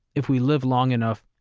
if we live long enough,